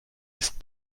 ist